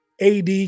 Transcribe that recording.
AD